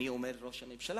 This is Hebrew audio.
אני אומר ראש הממשלה,